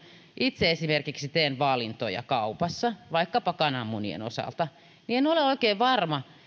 itse esimerkiksi teen valintoja kaupassa vaikkapa kananmunien osalta niin en ole oikein varma